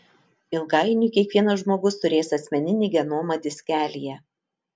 ilgainiui kiekvienas žmogus turės asmeninį genomą diskelyje